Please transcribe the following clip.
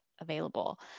available